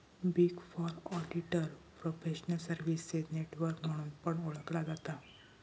big four auditor professional services network म्हणून पण ओळखला जाता